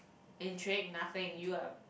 and track nothing you are